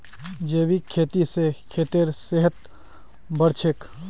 जैविक खेती स खेतेर सेहत बढ़छेक